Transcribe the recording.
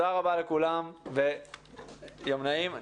רבה לכולם ויום נעים,